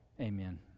Amen